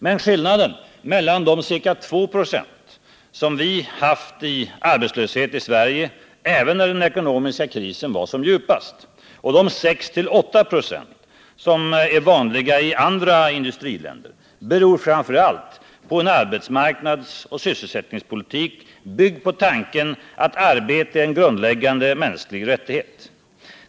Men skillnaden mellan de ca 2 96 vi har haft i arbetslöshet i Sverige även när den ekonomiska krisen var som djupast och de 6-8 96 som är vanliga i andra industriländer beror framför allt på en arbetsmarknadsoch sysselsättningspolitik, byggd på tanken att arbete är en grundläggande mänsklig rättighet.